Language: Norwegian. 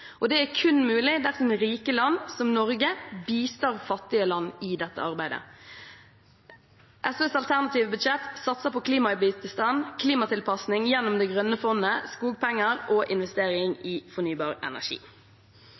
Det er kun mulig dersom rike land som Norge bistår fattige land i dette arbeidet. SVs alternative budsjett satser på klimabistand, klimatilpasning gjennom Det grønne klimafondet, skogpenger og investering i fornybar energi.